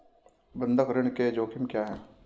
बंधक ऋण के जोखिम क्या हैं?